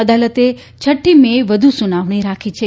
અદાલતે છઠ્ઠી મે એ વધુ સુનાવણી રાખી છે